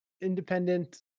independent